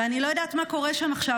אני לא יודעת מה קורה שם עכשיו,